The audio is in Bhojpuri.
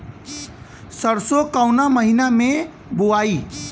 सरसो काउना महीना मे बोआई?